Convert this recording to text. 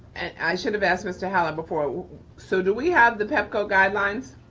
i should have asked mr. holler before, so do we have the pepco guidelines?